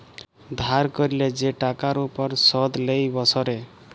ধার ক্যরলে যে টাকার উপর শুধ লেই বসরে